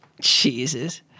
Jesus